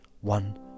one